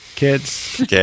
kids